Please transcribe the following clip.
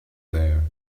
there